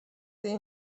این